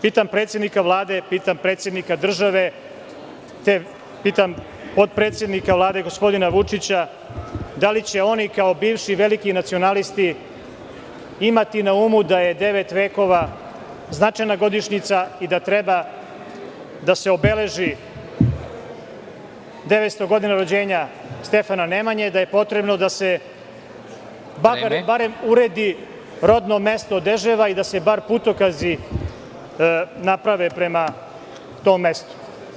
Pitam predsednika Vlade, pitam predsednika države, pitam potpredsednika Vlade, gospodina Vučića – da li će oni kao bivši veliki nacionalisti imati na umu da je devet vekova značajna godišnjica i da treba da se obeleži 900 godina rođenja Stefana Nemanje, da je potrebno da se barem uredi rodno mesto Deževa i da se bar putokazi naprave prema tom mestu?